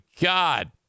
God